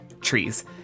trees